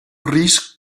risc